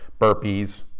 burpees